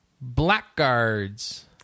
Blackguards